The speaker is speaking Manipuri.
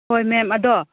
ꯍꯣꯏ ꯃꯦꯝ ꯑꯗꯣ